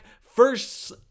first